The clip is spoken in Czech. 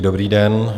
Dobrý den.